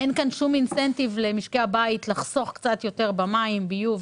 אין שום תמריץ למשקי הבית לחסוך קצת יותר במים ביוב,